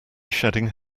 shedding